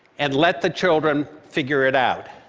and let the children figure it out.